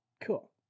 cool